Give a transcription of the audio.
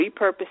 repurpose